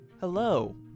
Hello